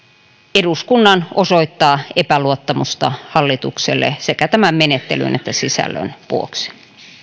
eduskunnan osoittaa epäluottamusta hallitukselle sekä tämän menettelyn että sisällön vuoksi